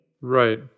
right